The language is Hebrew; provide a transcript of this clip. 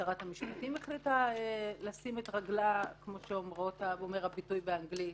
שרת המשפטים החליטה לשים את רגלה כמו שאומר הביטוי באנגלית,